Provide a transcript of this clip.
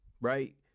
right